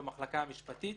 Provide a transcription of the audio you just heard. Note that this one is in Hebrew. במחלקה המשפטית,